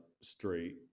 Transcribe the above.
straight